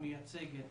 הוא מייצג את